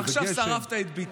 עכשיו שרפת את ביטן.